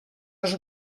dos